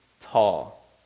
tall